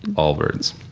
all birds.